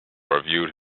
reviewed